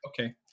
okay